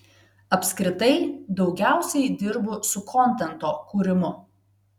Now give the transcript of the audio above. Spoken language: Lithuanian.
apskritai daugiausiai dirbu su kontento kūrimu